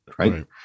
Right